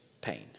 pain